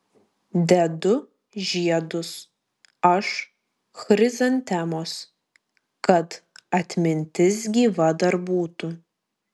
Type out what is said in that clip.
dedu žiedus aš chrizantemos kad atmintis gyva dar būtų